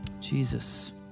Jesus